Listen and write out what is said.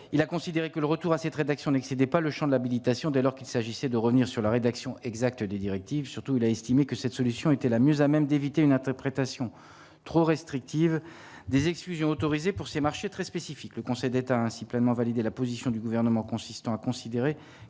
il a considéré que le retour à cette rédaction n'excédaient pas le Champ de l'habilitation dès lors qu'il s'agissait de revenir sur la rédaction exact des directives, surtout, il a estimé que cette solution était la mieux à même d'éviter une interprétation trop restrictive des exclusions autorisé pour ces marchés très spécifique, le Conseil d'État ainsi pleinement validé la position du gouvernement consistant à considérer